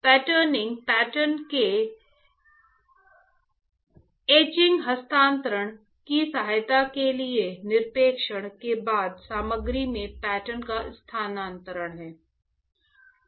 patterning pattern के एचिंगहस्तांतरण की तैयारी के लिए निक्षेपण के बाद सामग्री में पैटर्न का स्थानांतरण है